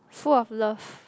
full of love